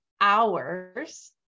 hours